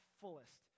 fullest